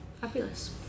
fabulous